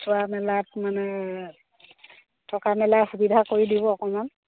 চোৱা মেলাত মানে থকা মেলা সুবিধা কৰি দিব অকণমান